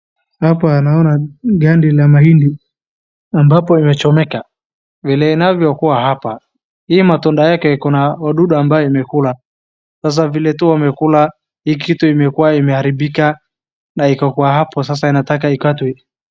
Hapa naona gandi la mahindi ambapo imechomeka. Vile inavyokuwa hapa, hii matunda yake kuna wadudu ambaye imekula. Sasa vile tu wamekula, hii kitu imekuwa imeharibika na iko kwa hapo sasa inataka ikatwe.